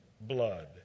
blood